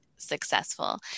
successful